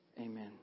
Amen